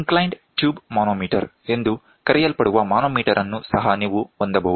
inclined tube manometer ಎಂದು ಕರೆಯಲ್ಪಡುವ manometer ಅನ್ನು ಸಹ ನೀವು ಹೊಂದಬಹುದು